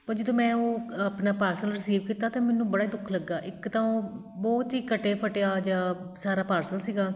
ਪਰ ਜਦੋਂ ਮੈਂ ਉਹ ਆਪਣਾ ਪਾਰਸਲ ਰਿਸੀਵ ਕੀਤਾ ਤਾਂ ਮੈਨੂੰ ਬੜਾ ਦੁੱਖ ਲੱਗਾ ਇੱਕ ਤਾਂ ਉਹ ਬਹੁਤ ਹੀ ਕਟੇ ਫਟਿਆ ਜਿਹਾ ਸਾਰਾ ਪਾਰਸਲ ਸੀਗਾ